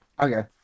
Okay